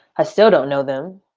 ah so don't know them,